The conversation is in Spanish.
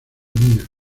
mina